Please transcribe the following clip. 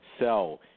sell